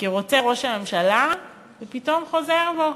כי ראש הממשלה רוצה ופתאום חוזר בו.